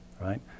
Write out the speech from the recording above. right